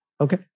Okay